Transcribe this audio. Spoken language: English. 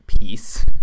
peace